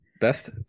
best